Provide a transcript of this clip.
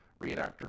reenactor